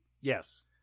Yes